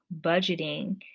budgeting